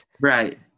right